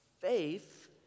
faith